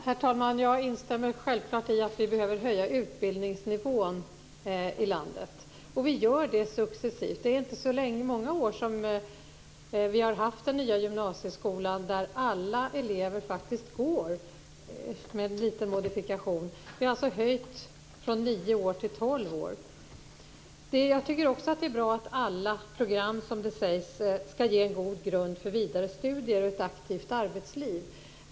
Herr talman! Jag instämmer självfallet i att vi behöver höja utbildningsnivån i landet. Vi gör det successivt. Det är inte så många år som vi har haft den nya gymnasieskolan, där alla elever går, med viss modifikation. Vi har alltså ökat utbildningen från nio till tolv år. Jag tycker också att det är bra att alla program, som det sägs, skall ge en god grund för vidare studier och ett aktivt arbetsliv.